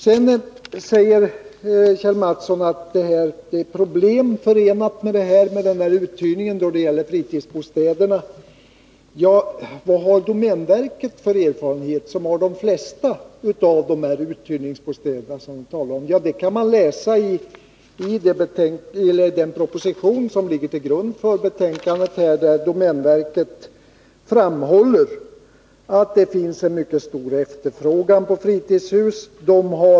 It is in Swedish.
Sedan säger Kjell Mattsson att det är problem förenade med uthyrningen av fritidsbostäder. Vad har domänverket för erfarenhet, som har de flesta av de uthyrningsbostäder som vi talar om? Det kan man läsa i den proposition som ligger till grund för betänkandet, där domänverket framhåller att det finns en mycket stor efterfrågan på fritidshus.